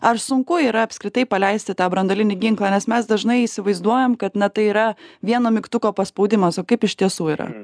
ar sunku yra apskritai paleisti tą branduolinį ginklą nes mes dažnai įsivaizduojam kad na tai yra vieno mygtuko paspaudimas o kaip iš tiesų yra